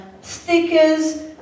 stickers